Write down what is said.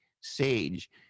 sage